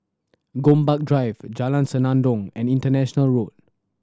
Gombak Drive Jalan Senandong and International Road